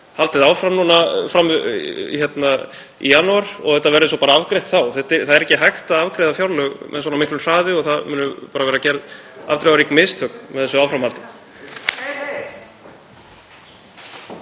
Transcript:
haldið áfram nú í janúar og að þetta verði svo bara afgreitt þá. Það er ekki hægt að afgreiða fjárlög með svona miklu hraði og það munu bara verða gerð afdrifarík mistök með þessu áframhaldi.